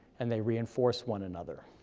and they reinforce one another.